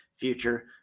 Future